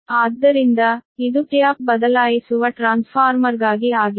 ಆದ್ದರಿಂದ ಇದು ಟ್ಯಾಪ್ ಬದಲಾಯಿಸುವ ಟ್ರಾನ್ಸ್ಫಾರ್ಮರ್ಗಾಗಿ ಆಗಿದೆ